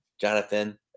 Jonathan